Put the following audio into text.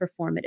performative